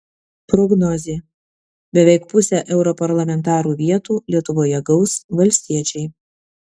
prognozė beveik pusę europarlamentarų vietų lietuvoje gaus valstiečiai